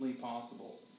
possible